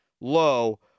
low